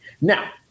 Now